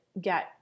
get